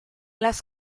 las